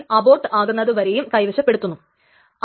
അതായത് Ti ക്ക് Tj commit ആകാതെ കമ്മിറ്റ് ആകുവാൻ സാധിക്കുകയില്ല